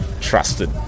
trusted